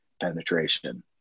penetration